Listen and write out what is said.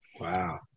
Wow